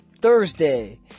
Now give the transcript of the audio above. Thursday